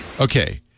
Okay